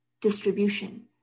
distribution